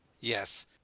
Yes